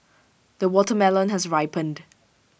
the watermelon has ripened